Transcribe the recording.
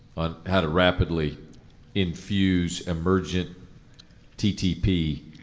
on how to rapidly infuse emergent ttp